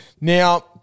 Now